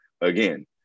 again